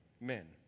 men